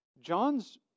John's